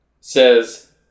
says